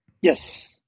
Yes